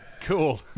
Cool